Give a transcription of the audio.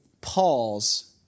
pause